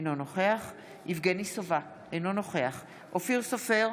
אינו נוכח יבגני סובה, אינו נוכח אופיר סופר,